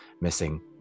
missing